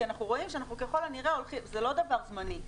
כי אנחנו רואים שאנחנו ככל הנראה הולכים זה לא דבר זמני.